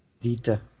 dita